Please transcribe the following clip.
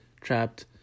trapped